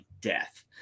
death